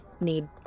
need